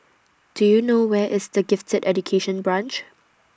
Do YOU know Where IS The Gifted Education Branch